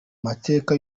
mateka